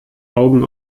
augen